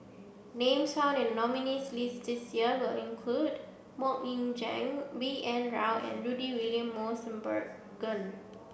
names found in nominees' list this year will include Mok Ying Jang B N Rao and Rudy William Mosbergen